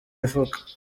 mifuka